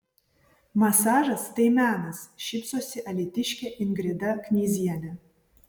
masažas tai menas šypsosi alytiškė ingrida knyzienė